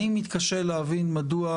אני מתקשה להבין מדוע,